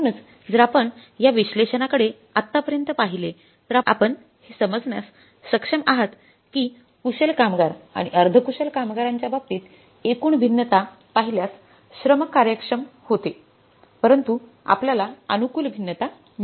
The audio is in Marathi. म्हणूनच जर आपण या विश्लेषणाकडे आतापर्यंत पहिलेतर आपण हे समजण्यास सक्षम आहेत की कुशल कामगार आणि अर्ध कुशल कामगारांच्या बाबतीत एकूण भिन्नता पाहिल्यास श्रम कार्यक्षम होते परंतु आपल्याला अनुकूल भिन्नता मिळाली आहेत